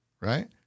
right